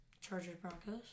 Chargers-Broncos